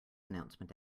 announcement